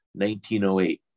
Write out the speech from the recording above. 1908